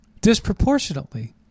disproportionately